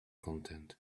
content